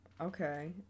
Okay